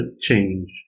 change